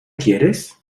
quieres